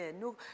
No